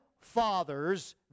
fathers